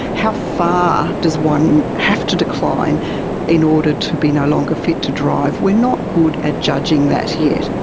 how far does one have to decline in order to be no longer fit to drive. we're not good at judging that yet.